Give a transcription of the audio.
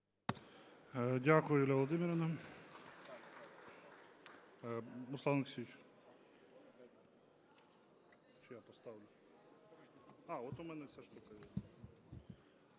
Дякую, Юлія Володимирівна.